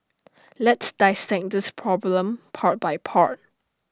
let's dissect this problem part by part